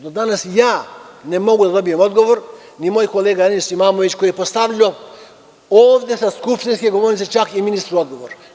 Do danas ja ne mogu da dobijem odgovor, kao ni moj kolega Enis Imamović koji je postavljao ovde sa skupštinske govornice čak i ministru pitanje.